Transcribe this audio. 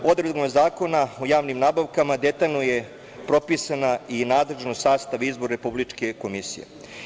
Odredbama Zakona o javnim nabavkama detaljno je propisana i nadležnost, sastav i izbor Republičke komisije.